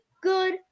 good